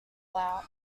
out